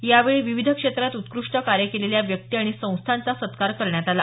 यावेळी विविध क्षेत्रात उत्कृष्ट कार्य केलेल्या व्यक्ती आणि संस्थांचा सत्कार करण्यात आला